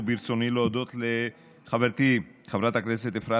וברצוני להודות לחברתי חברת הכנסת אפרת